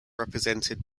represented